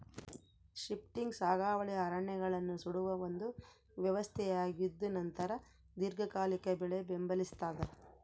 shifting ಸಾಗುವಳಿ ಅರಣ್ಯಗಳನ್ನು ಸುಡುವ ಒಂದು ವ್ಯವಸ್ಥೆಯಾಗಿದ್ದುನಂತರ ದೀರ್ಘಕಾಲಿಕ ಬೆಳೆ ಬೆಂಬಲಿಸ್ತಾದ